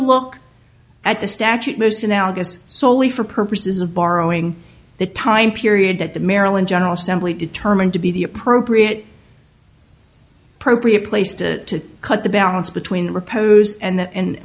look at the statute most analogous solely for purposes of borrowing the time period that the maryland general assembly determined to be the appropriate appropriate place to cut the balance between repose and